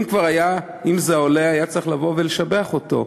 אם זה עולה, היה צריך לבוא ולשבח אותו.